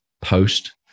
post